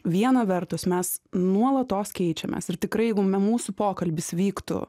viena vertus mes nuolatos keičiamės ir tikrai jeigu mūsų pokalbis vyktų